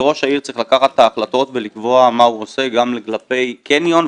וראש העיר צריך לקחת את ההחלטות ולקבוע מה הוא עושה גם כלפי קניון,